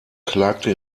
klagte